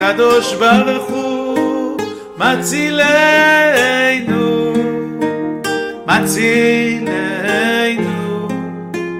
והקדוש ברוך הוא, מצילנו, מצילנו